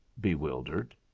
bewildered